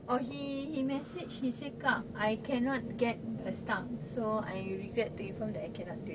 oh he he message he say kak I cannot get a staff so I regret to inform that I cannot do it